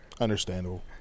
Understandable